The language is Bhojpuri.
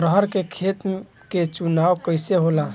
अरहर के खेत के चुनाव कइसे होला?